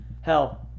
Hell